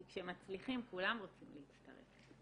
כי כשמצליחים כולם רוצים להצטרף.